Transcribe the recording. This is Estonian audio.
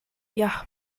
jah